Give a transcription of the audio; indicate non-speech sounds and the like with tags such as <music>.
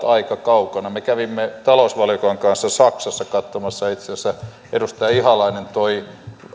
<unintelligible> aika kaukana me kävimme talousvaliokunnan kanssa saksassa katsomassa itse asiassa edustaja ihalainen toi